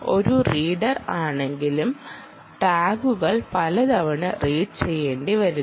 ഒരു റീഡർ ആണെങ്കിലും ടാഗുകൾ പലതവണ റീഡ് ചെയ്യേണ്ടി വരുന്നു